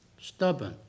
Stubborn